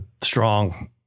strong